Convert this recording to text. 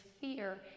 fear